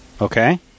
Okay